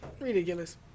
ridiculous